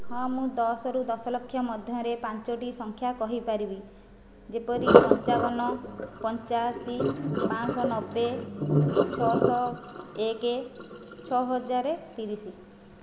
ହଁ ମୁଁ ଦଶରୁ ଦଶ ଲକ୍ଷ ମଧ୍ୟରେ ପାଞ୍ଚୋଟି ସଂଖ୍ୟା କହିପାରିବି ଯେପରି ପଞ୍ଚାବନ ପଞ୍ଚାଅଶି ପାଞ୍ଚ ଶହ ନବେ ଛଅ ଶହ ଏକ ଛଅ ହଜାର ତିରିଶ